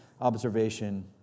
observation